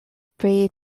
pri